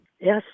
Yes